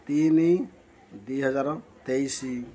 ତିନି ଦୁଇହଜାର ତେଇଶି